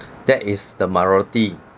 that is the minority